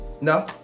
No